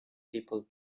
people